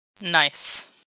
Nice